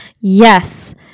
Yes